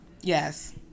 Yes